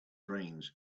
brains